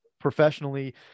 professionally